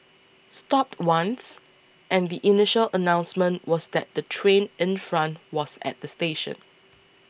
stopped once and the initial announcement was that the train in front was at the station